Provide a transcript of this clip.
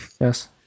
Yes